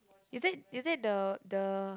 is that is that the the